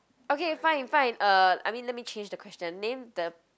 okay fine fine uh I mean let me change the question name the